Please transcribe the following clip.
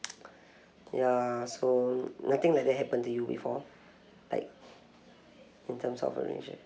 ya so nothing like that happen to you before like in terms of relation